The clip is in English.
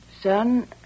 Son